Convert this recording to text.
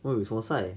!oi! 什么 sia